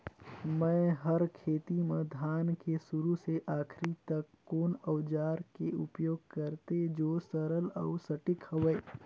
मै हर खेती म धान के शुरू से आखिरी तक कोन औजार के उपयोग करते जो सरल अउ सटीक हवे?